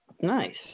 Nice